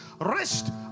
rest